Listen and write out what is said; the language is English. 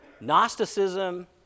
Gnosticism